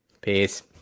Peace